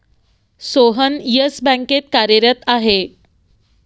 Sohan Yes बँकेत कार्यरत आहे